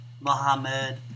Muhammad